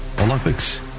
Olympics